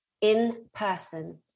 in-person